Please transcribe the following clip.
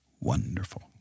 wonderful